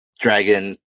Dragon